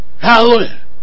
Hallelujah